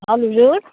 हजुर